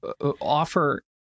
offer